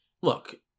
look